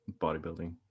bodybuilding